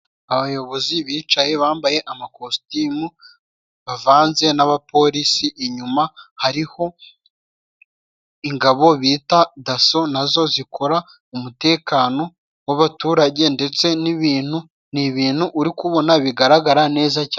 Abayobozi bicaye bambaye amakositimu bavanze n'abapolisi, inyuma hariho ingabo bita Daso nazo zikora umutekano w'abaturage ndetse n'ibintu, ni ibintu uri kubona bigaragara neza cyane.